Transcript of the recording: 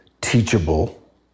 teachable